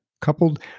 coupled